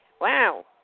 Wow